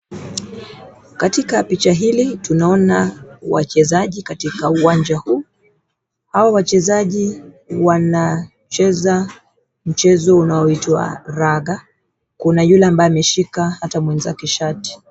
Katika picha hili tunaona wachezaji katika uwanja huu. Hao wachezaji wanacheza mchezo unaoitwa raga. Kuna yule ambaye ameshika hata mwenzake shati.